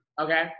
Okay